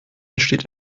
entsteht